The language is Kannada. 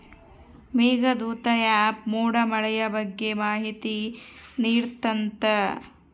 ಮೇಘದೂತ ಆ್ಯಪ್ ಮೋಡ ಮಳೆಯ ಬಗ್ಗೆ ಮಾಹಿತಿ ನಿಡ್ತಾತ